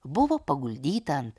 buvo paguldyta ant